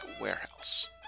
warehouse